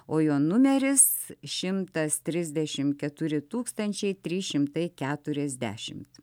o jo numeris šimtas trisdešimt keturi tūkstančiai trys šimtai keturiasdešimt